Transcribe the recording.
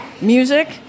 music